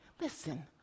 listen